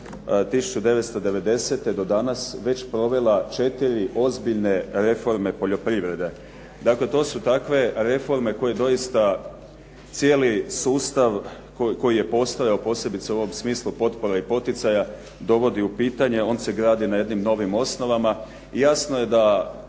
1990. do danas već provela 4 ozbiljne reforme poljoprivrede. Dakle, to su takve reforme koje doista cijeli sustav koji je postajao posebice u ovom smislu potpore i poticaja dovodi u pitanje. On se gradi na jednim novim osnovama. Jasno je da